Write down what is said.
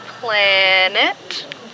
planet